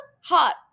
hot